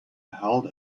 held